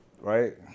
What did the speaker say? right